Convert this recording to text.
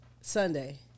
Sunday